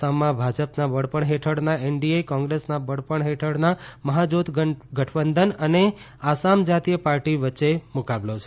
આસામમાં ભાજપના વડપણ હેઠળના એનડીએ કોંગ્રેસના વડપણ હેઠળના મહાજોત ગઠબંધન અને આસામ જાતીય પાર્ટી વચ્ચે મુકાબલો છે